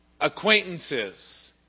acquaintances